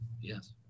Yes